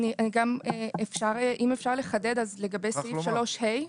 אני גם, אם אפשר לחדד, אז לגבי סעיף 3(ה).